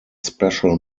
special